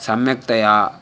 सम्यक्तया